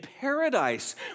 paradise